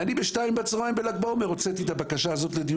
ואני בשעה 14:00 בל"ג בעומר הוצאתי את הבקשה הזאת לדיון